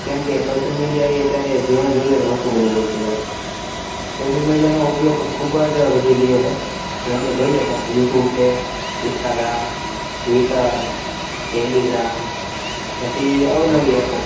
કેમકે social media એ અત્યારે જીવન જરૂરિયાત વસ્તુ બની ગઈ છે એક સોસિયલ મીડિયાનો ઉપયોગ ખૂબ જ વધી ગયો છે જેમકે જોઈએ તો કે યુટુબ છે ઇસ્ટાગ્રામ ટ્વિટર ટેલિગ્રામ પછી અવનવી એપો